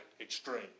extreme